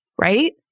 right